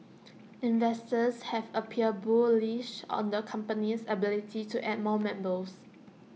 investors have appeared bullish on the company's ability to add more members